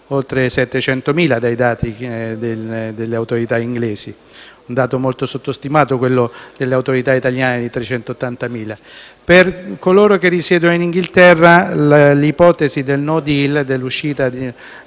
oltre 700.000, dai dati delle autorità inglesi, mentre è un dato molto sottostimato quello delle autorità italiane (380.000). Per coloro che risiedono in Inghilterra, l'ipotesi del *no deal*, dell'uscita